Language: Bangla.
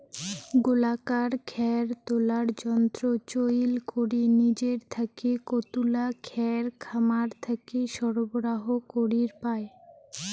গোলাকার খ্যার তোলার যন্ত্র চইল করি নিজের থাকি কতুলা খ্যার খামার থাকি সরবরাহ করির পায়?